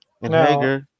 Now